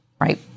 right